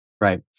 Right